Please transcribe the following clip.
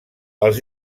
els